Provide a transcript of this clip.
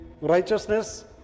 righteousness